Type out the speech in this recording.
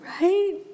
Right